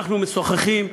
אנחנו משוחחים,